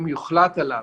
אם יוחלט עליו,